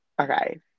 Okay